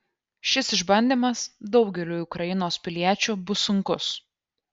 šis išbandymas daugeliui ukrainos piliečių bus sunkus